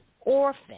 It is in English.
orphan